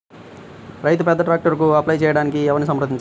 రైతు పెద్ద ట్రాక్టర్కు అప్లై చేయడానికి ఎవరిని సంప్రదించాలి?